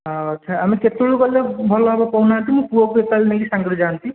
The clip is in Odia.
ହଁ ଆଚ୍ଛା ଆମେ କେତେବେଳେ ଗଲେ ଭଲ ହେବ କହୁନାହାନ୍ତି ମୁଁ ପୁଅକୁ ଏକାବେଳେ ନେଇକି ସାଙ୍ଗରେ ଯାଆନ୍ତି